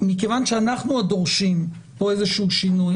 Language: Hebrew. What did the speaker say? מכיוון שאנחנו דורשים פה איזה שהוא שינוי,